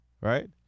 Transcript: right